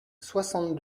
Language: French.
soixante